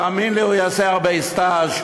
תאמין לי הוא יעשה הרבה סטאז'.